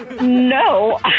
No